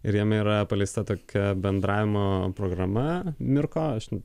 ir jame yra paleista tokia bendravimo programa mirko aš